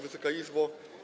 Wysoka Izbo!